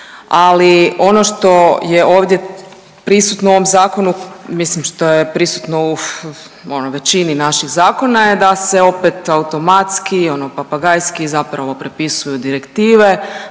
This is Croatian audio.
ali ono što je ovdje prisutno u ovom zakonu, mislim što je prisutno u ono većini naših zakona je da se opet automatski ono papagajski zapravo prepisuju direktive,